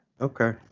Okay